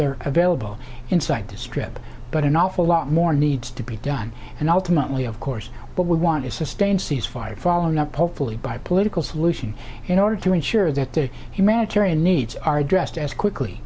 they're available inside this trip but an awful lot more needs to be done and ultimately of course what we want is sustained cease fire following up hopefully by political solution in order to ensure that the humanitarian needs are addressed as quickly